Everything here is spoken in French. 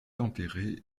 enterrée